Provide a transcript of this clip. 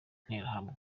nterahamwe